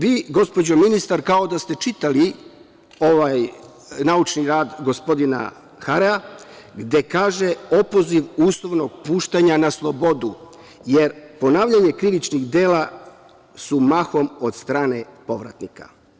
Vi, gospođo ministar, kao da ste čitali ovaj naučni rad gospodina Harea gde kaže – opoziv uslovnog puštanja na slobodu, jer ponavljanje krivičnih dela su mahom od strane povratnika.